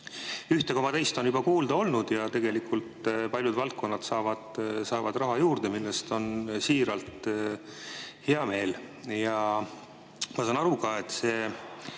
Ühte koma teist on juba kuulda olnud ja tegelikult paljud valdkonnad saavad raha juurde, mille üle on siiralt hea meel. Ma saan aru, et